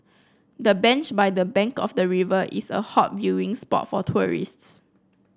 the bench by the bank of the river is a hot viewing spot for tourists